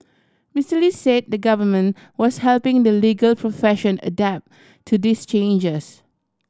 Mister Lee say the Government was helping the legal profession adapt to these changes